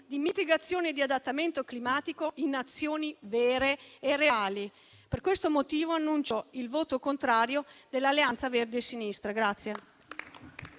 di mitigazione e di adattamento climatico in azioni vere e reali. Per questo motivo, annuncio il voto contrario dell'Alleanza Verdi e Sinistra.